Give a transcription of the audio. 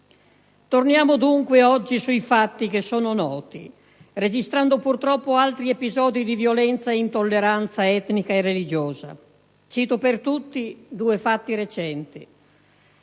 Torniamo dunque oggi sui fatti che sono noti, registrando purtroppo altri episodi di violenza e intolleranza etnica e religiosa. Per tutti, cito due fatti recenti: